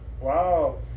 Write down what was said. Wow